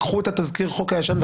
לקחו את תזכיר החוק הישן?